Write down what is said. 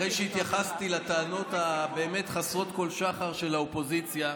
אחרי שהתייחסתי לטענות הבאמת-חסרות כל שחר של האופוזיציה,